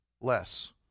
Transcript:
less